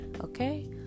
okay